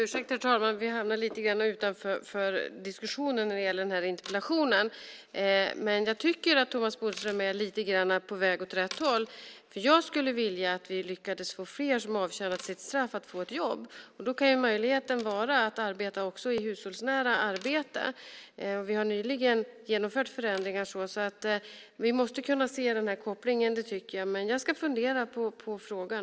Herr talman! Ursäkta att vi hamnar lite grann utanför diskussionen om den här interpellationen. Jag tycker att Thomas Bodström är lite grann på väg åt rätt håll. Jag skulle vilja att vi lyckades med att fler som avtjänat sitt straff får ett jobb. Då kan det vara en möjlighet att arbeta i hushållsnära arbeten. Vi har nyligen genomfört förändringar där. Jag tycker att vi måste kunna se den kopplingen. Jag ska fundera på frågan.